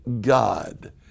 God